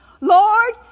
Lord